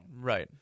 right